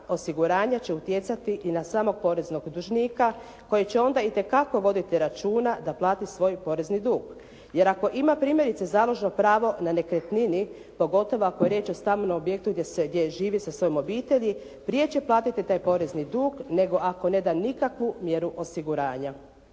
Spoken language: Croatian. osiguranja će utjecati i na samog poreznog dužnika koji će onda itekako voditi računa da plati svoj porezni dug. Jer ako ima primjerice založno pravo na nekretnini, pogotovo ako je riječ o stambenom objektu gdje živi sa svojom obitelji prije će platiti taj porezni dug nego ako ne da nikakvu mjeru osiguranja.